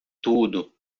tudo